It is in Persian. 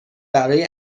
برای